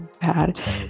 bad